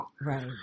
Right